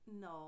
No